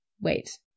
wait